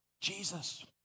Jesus